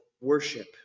worship